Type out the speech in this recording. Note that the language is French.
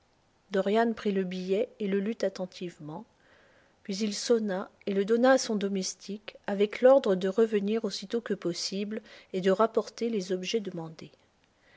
dorian prit le billet et le lut attentivement puis il sonna et le donna à son domestique avec l'ordre de revenir aussitôt que possible et de rapporter les objets demandés